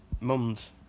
Mums